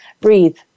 breathe